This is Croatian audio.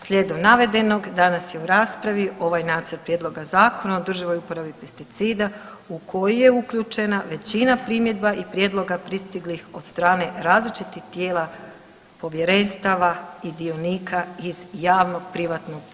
Slijedom navedenog, danas je u raspravi ovaj Nacrt prijedloga Zakona o održivoj uporabi pesticida u koji je uključena većina primjedba i prijedloga pristiglih od strane različitih tijela povjerenstava i dionika iz javnog, privatnog i